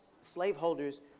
Slaveholders